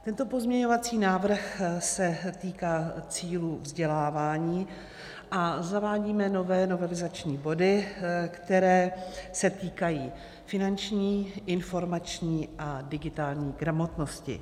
Tento pozměňovací návrh se týká cílů vzdělávání a zavádíme nové novelizační body, které se týkají finanční, informační a digitální gramotnosti.